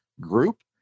group